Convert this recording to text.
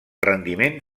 rendiment